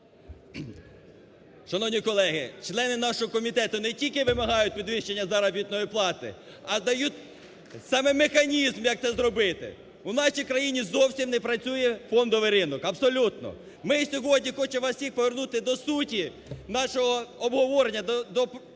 Шановні колеги! Члени нашого комітету не тільки вимагають підвищення заробітної плати, а дають саме механізм, як це зробити. У нашій країні зовсім не працює фондовий ринок. Абсолютно. Ми сьогодні хочем вас всіх повернути до суті нашого обговорення, до того